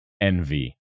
Envy